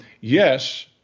yes